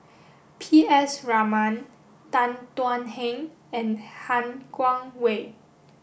P S Raman Tan Thuan Heng and Han Guangwei